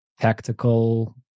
tactical